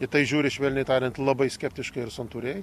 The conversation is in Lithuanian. į tai žiūri švelniai tariant labai skeptiškai ir santūriai